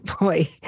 boy